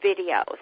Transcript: videos